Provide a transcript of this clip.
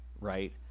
right